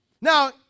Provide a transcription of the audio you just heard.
Now